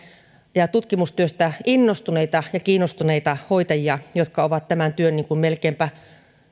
ja tutkimustyöstä innostuneita ja kiinnostuneita hoitajia jotka ovat tämän työn melkeinpä